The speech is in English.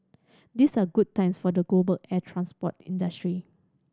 these are good times for the global air transport industry